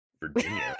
Virginia